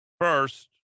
First